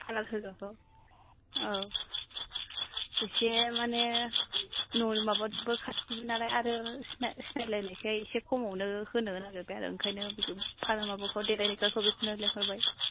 parlour होग्राखौ औ इसे माने न' माबाबो खाथिबो नालाय आरो सिनाय लायनायसै इसे खमावनो होनो नागिरबाय आरो ओंखायनो बेखौ फार्लार माबाखौ देलाइग्राखौ बेखौनो लेंहरबाय